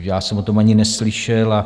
Já jsem o tom ani neslyšel.